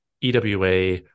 ewa